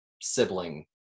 sibling